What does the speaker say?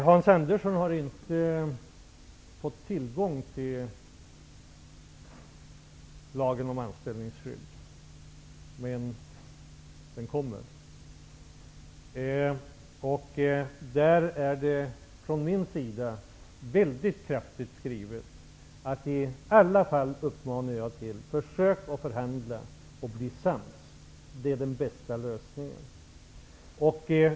Hans Andersson har inte fått tillgång till förslaget till lagen om anställningsskydd, men det kommer. Från min sida är det mycket kraftigt skrivet. Jag uppmanar åtminstone till att man skall försöka förhandla och bli sams. Det är den bästa lösningen.